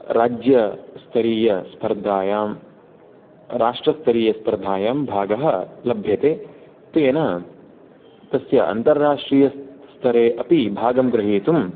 राज्यस्तरीयस्पर्धायां राष्ट्रस्तरीयस्पर्धायां भागः लभ्यते तेन तस्य अन्तर् राष्ट्रीय स्त स्तरेपि भागं ग्रहीतुं